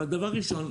אבל דבר ראשון,